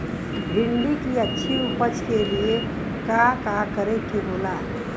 भिंडी की अच्छी उपज के लिए का का करे के होला?